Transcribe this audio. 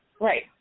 Right